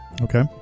Okay